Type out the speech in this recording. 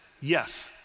Yes